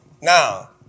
Now